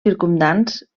circumdants